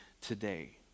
today